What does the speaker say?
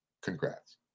Congrats